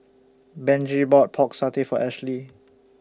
Benji bought Pork Satay For Ashlea